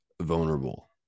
vulnerable